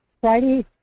Friday